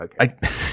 Okay